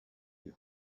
you